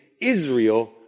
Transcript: Israel